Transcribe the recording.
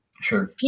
Sure